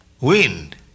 wind